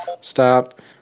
stop